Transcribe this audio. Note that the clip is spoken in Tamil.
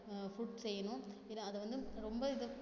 ஃபுட் செய்யணும் இதை அதை வந்து ரொம்ப இதுப்